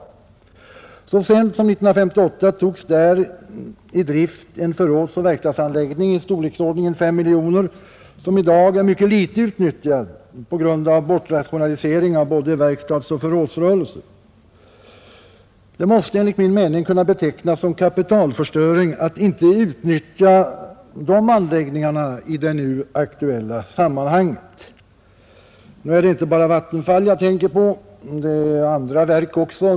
Så sent som 1958 togs där t.ex. i drift en förrådsoch verkstadsanläggning i storleksordningen 5 miljoner kronor, som i dag är mycket litet utnyttjad på grund av bortrationalisering av både verkstadsoch förrådsrörelsen. Det måste enligt min mening betecknas som kapitalförstöring att inte utnyttja de anläggningarna i det nu aktuella sammanhanget. Men det är inte bara Vattenfall jag här tänker på; det gäller andra verk också.